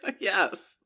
Yes